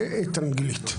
ואת אנגלית.